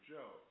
Joe